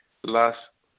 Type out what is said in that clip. las